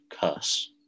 curse